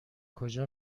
کجا